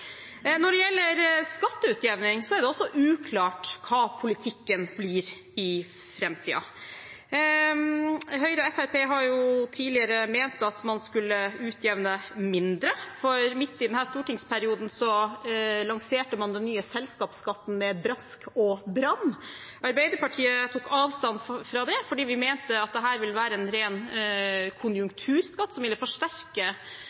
Når det gjelder skatteutjevning, er det også uklart hva politikken blir i framtiden. Høyre og Fremskrittspartiet har tidligere ment at man skulle utjevne mindre, for midt i denne stortingsperioden lanserte man den nye selskapsskatten med brask og bram. Arbeiderpartiet tok avstand fra det, fordi vi mente at dette ville være en ren